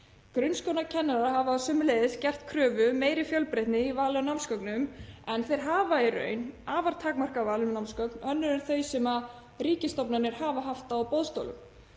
Grunnskólakennarar hafa sömuleiðis gert kröfu um meiri fjölbreytni í vali á námsgögnum en þeir hafa í raun afar takmarkað val um námsgögn önnur en þau sem ríkisstofnanir hafa haft á boðstólum.